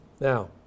Now